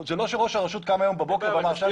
זה לא שראש הרשות קם היום בבוקר ואמר עכשיו אני